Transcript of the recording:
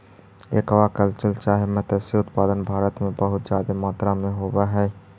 aqua culture चाहे मत्स्य उत्पादन भारत में बहुत जादे मात्रा में होब हई